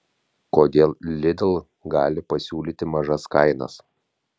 kodėl lidl gali pasiūlyti mažas kainas